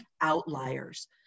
outliers